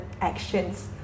actions